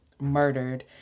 murdered